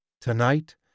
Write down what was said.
Tonight